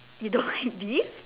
you don't like beef